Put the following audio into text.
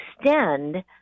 extend